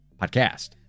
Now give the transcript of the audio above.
Podcast